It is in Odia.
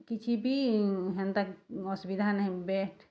କିଛି ବି ହେନ୍ତା ଅସୁବିଧା ନାହିଁ ବେଟ୍